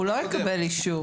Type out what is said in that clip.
הוא לא יקבל אישור.